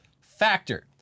factor